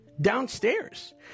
downstairs